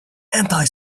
anti